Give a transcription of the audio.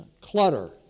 clutter